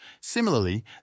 Similarly